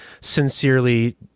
Sincerely